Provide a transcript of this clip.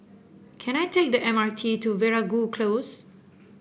can I take the M R T to Veeragoo Close